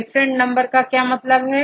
different number का क्या मतलब है